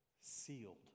sealed